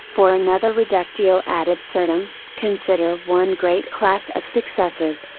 for another reductio ad absurdum, consider one great class of successes,